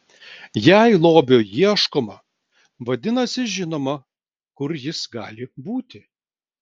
jei lobio ieškoma vadinasi žinoma kur jis gali būti